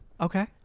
Okay